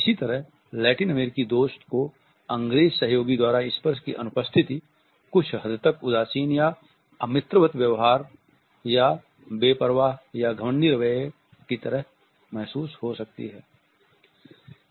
इसी तरह लैटिन अमेरिकी दोस्त को अंग्रेज सहयोगी द्वारा स्पर्श की अनुपस्थिति कुछ हद तक उदासीन या अमित्रवत या बेपरवाह या घमंडी रवैये की तरह महसूस हो सकती है